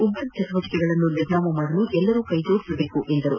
ಉಗ್ರ ಚಟುವಟಿಕೆಗಳನ್ನ ನಿರ್ನಾಮ ಮಾಡಲು ಎಲ್ಲರೂ ಕೈ ಜೋಡಿಸಬೇಕು ಎಂದರು